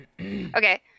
Okay